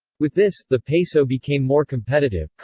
with this, the peso became more competitive,